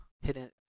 hidden